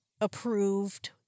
approved